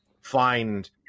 find